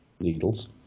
Needles